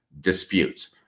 disputes